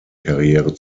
karriere